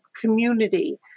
community